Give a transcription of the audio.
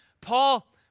Paul